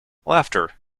laughter